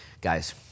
Guys